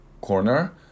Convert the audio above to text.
corner